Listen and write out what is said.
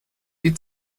die